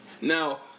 Now